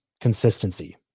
consistency